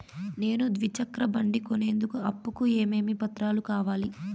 నేను ద్విచక్ర బండి కొనేందుకు అప్పు కు ఏమేమి పత్రాలు కావాలి?